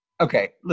Okay